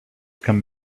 come